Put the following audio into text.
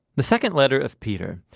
the second letter of peter.